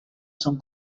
son